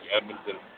Edmonton